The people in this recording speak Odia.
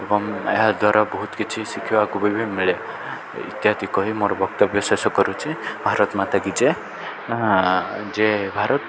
ଏବଂ ଏହାଦ୍ଵାରା ବହୁତ କିଛି ଶିଖିବାକୁ ବି ମିଳେ ଇତ୍ୟାଦି କହି ମୋର ବକ୍ତବ୍ୟ ଶେଷ କରୁଛି ଭାରତ ମାତା କିି ଜୟ ଯେ ଭାରତ